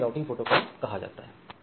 तो इन्हें routing protocol कहा जाता है